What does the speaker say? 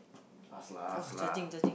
ask lah ask lah